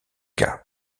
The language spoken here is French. cas